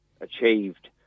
achieved